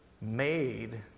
made